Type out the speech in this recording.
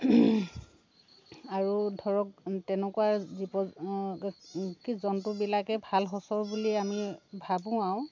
আৰু ধৰক তেনেকুৱা জীৱ কি জন্তুবিলাকেই ভাল সঁচৰ বুলি আমি ভাবোঁ আও